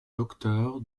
docteur